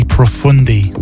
Profundi